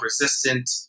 resistant